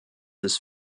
his